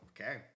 okay